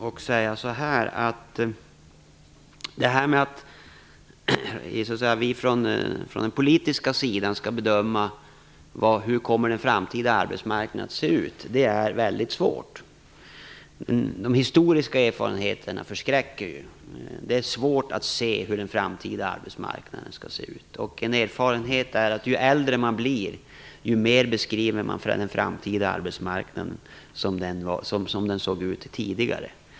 Det är väldigt svårt för oss från den politiska sidan att bedöma hur den framtida arbetsmarknaden kommer att se ut. De historiska erfarenheterna förskräcker. Det är svårt att se hur den framtida arbetsmarknaden kommer att se ut. En erfarenhet är att man ju äldre man blir desto mer beskriver den framtida arbetsmarknaden som den såg ut tidigare.